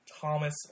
Thomas